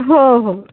हो हो